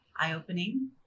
eye-opening